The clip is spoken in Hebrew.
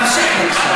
תמשיך כך.